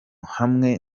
hamwe